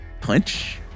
Punch